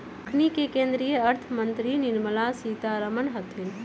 अखनि के केंद्रीय अर्थ मंत्री निर्मला सीतारमण हतन